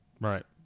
right